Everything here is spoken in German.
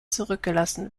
zurückgelassen